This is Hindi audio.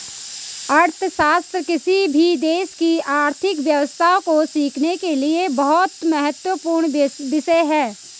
अर्थशास्त्र किसी भी देश की आर्थिक व्यवस्था को सीखने के लिए बहुत महत्वपूर्ण विषय हैं